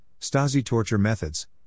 Stasi-Torture-Methods